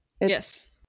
Yes